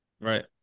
Right